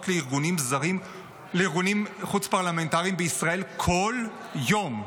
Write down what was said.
לארגונים חוץ-פרלמנטריים בישראל בכל יום: